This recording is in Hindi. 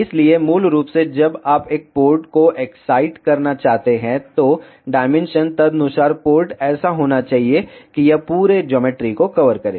इसलिए मूल रूप से जब आप एक पोर्ट को एक्साइट करना चाहते हैं तो डायमेंशन तदनुसार पोर्ट ऐसा होना चाहिए कि यह पूरे ज्योमेट्री को कवर करे